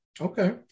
Okay